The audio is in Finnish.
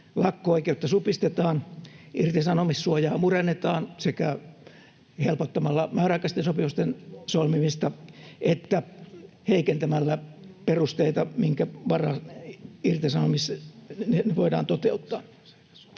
lakko-oikeutta supistetaan, irtisanomissuojaa murennetaan sekä helpottamalla määräaikaisten sopimusten solmimista että heikentämällä perusteita, minkä varassa irtisanomisia voidaan toteuttaa.